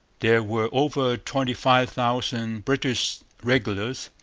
there were over twenty-five thousand british regulars.